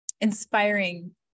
inspiring